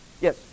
Yes